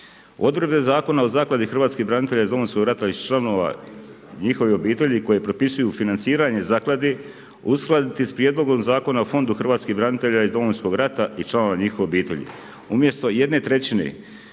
Odredbe Zakona o Zakladi hrvatskih branitelja iz Domovinskog rata i članova njihovih obitelji koje propisuju financiranje zaklade uskladiti sa Prijedlogom zakona o Fondu hrvatskih branitelja iz Domovinskog rata i članova njihovih obitelji.